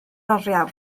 oriawr